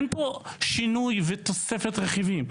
כך שאין פה שינוי ותוספת רכיבים.